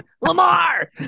Lamar